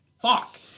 Fuck